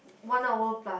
one hour plus